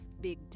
big